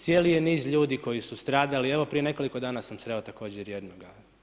Cijeli je niz ljudi koji su stradali, evo prije nekoliko dana sam sreo također jednoga.